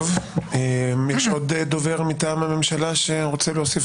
יש עוד דובר מטעם הממשלה שרוצה להוסיף